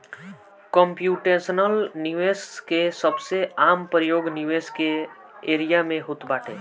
computational निवेश के सबसे आम प्रयोग निवेश के एरिया में होत बाटे